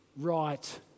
right